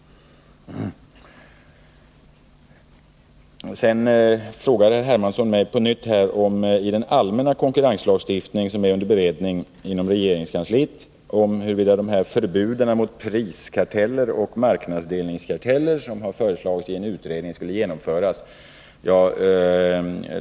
Carl-Henrik Hermansson frågar mig på nytt om den allmänna konkurrenslagstiftningen som är under beredning inom regeringskansliet. Han undrar huruvida de förbud mot priskarteller och marknadsdelningskarteller som föreslagits i en utredning kommer att genomföras.